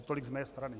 Tolik z mé strany.